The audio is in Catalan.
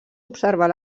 observar